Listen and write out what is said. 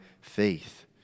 faith